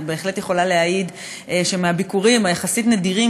אני בהחלט יכולה להעיד שהביקורים היחסית נדירים